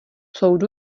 soudu